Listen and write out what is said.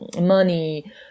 money